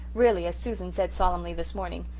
really, as susan said solemnly this morning,